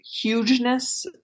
hugeness